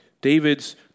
David's